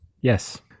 Yes